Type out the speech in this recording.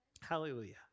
Hallelujah